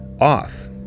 off